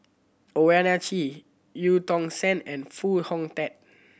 Owyang Chi Eu Tong Sen and Foo Hong Tatt